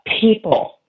people